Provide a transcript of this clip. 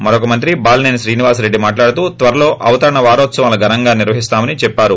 మరొక మంత్రి బాలినేని శ్రీనివాసరెడ్డి మాట్లాడుతూ త్వరలో అవతరణ వారోత్సవాలను ఘనంగా నిర్వహిస్తామని చెప్సారు